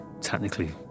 technically